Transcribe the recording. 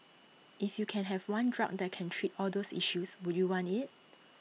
if you can have one drug that can treat all those issues would you want IT